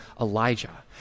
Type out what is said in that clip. Elijah